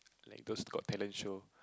like those Got Talent show